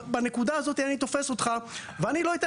בנקודה הזאת אני תופס אותך ואני לא אתן